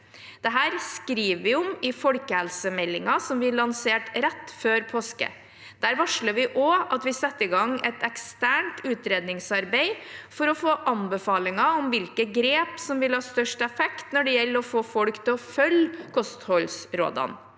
Dette skriver vi om i folkehelsemeldingen som vi lanserte rett før påske. Der varsler vi også at vi setter i gang et eksternt utredningsarbeid for å få anbefalinger om hvilke grep som vil ha størst effekt når det gjelder å få folk til å følge kostrådene.